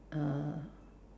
uh